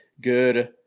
good